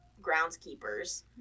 groundskeepers